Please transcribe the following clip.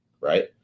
right